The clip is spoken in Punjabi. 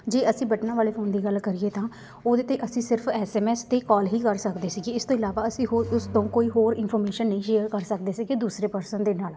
ਜੇ ਅਸੀਂ ਬਟਨਾਂ ਵਾਲੇ ਫੋਨ ਦੀ ਗੱਲ ਕਰੀਏ ਤਾਂ ਉਹਦੇ 'ਤੇ ਅਸੀਂ ਸਿਰਫ ਐੱਸ ਐੱਮ ਐੱਸ ਅਤੇ ਕੋਲ ਹੀ ਕਰ ਸਕਦੇ ਸੀਗੇ ਇਸ ਤੋਂ ਇਲਾਵਾ ਅਸੀਂ ਹੋਰ ਉਸ ਤੋਂ ਕੋਈ ਹੋਰ ਇਨਫੋਰਮੇਸ਼ਨ ਨਹੀਂ ਸ਼ੇਅਰ ਕਰ ਸਕਦੇ ਸੀ ਕਿ ਦੂਸਰੇ ਪਰਸਨ ਦੇ ਨਾਲ